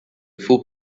full